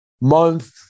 month